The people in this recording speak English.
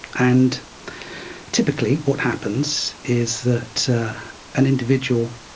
and typically what happens is that an individual,